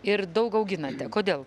ir daug auginate kodėl